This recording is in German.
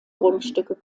grundstücke